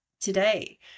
today